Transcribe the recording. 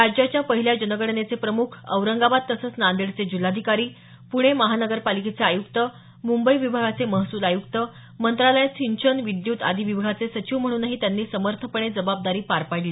राज्याच्या पहिल्या जनगणनेचे प्रमुख औरंगाबाद तसंच नांदेडचे जिल्हाधिकारी पुणे महानगपालिकेचे आयुक्त मुंबई विभागाचे महसूल आयुक्त मंत्रालयात सिंचन विद्यूत आदी विभागाचे सचिव म्हणूनही त्यांनी समर्थपणे जबाबदारी पार पाडली